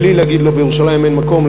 בלי להגיד לו: בירושלים אין מקום,